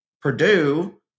Purdue